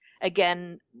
again